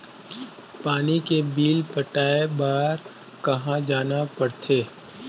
पानी के बिल पटाय बार कहा जाना पड़थे?